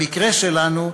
במקרה שלנו,